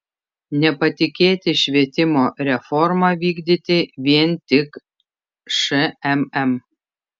nepatikėti švietimo reformą vykdyti vien tik šmm